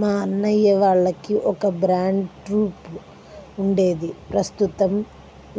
మా అన్నయ్య వాళ్లకి ఒక బ్యాండ్ ట్రూప్ ఉండేది ప్రస్తుతం